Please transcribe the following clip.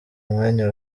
umwanya